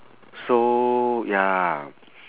so ya